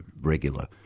regular